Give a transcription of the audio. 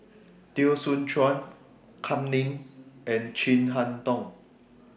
Teo Soon Chuan Kam Ning and Chin Harn Tong